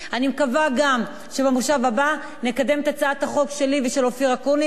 אני מקווה גם שבמושב הבא נקדם את הצעת החוק שלי ושל אופיר אקוניס,